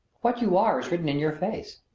what you are is written in your face.